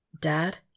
Dad